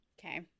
Okay